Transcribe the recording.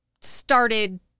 started